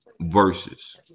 versus